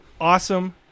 awesome